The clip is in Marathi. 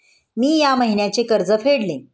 मी या महिन्याचे कर्ज फेडले